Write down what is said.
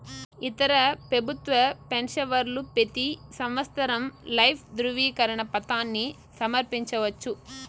ఇతర పెబుత్వ పెన్సవర్లు పెతీ సంవత్సరం లైఫ్ దృవీకరన పత్రాని సమర్పించవచ్చు